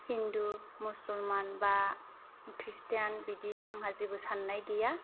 हिन्दु मुसलमान बा ख्रिष्टान बिदि आंहा जेबो साननाय गैया